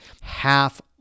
half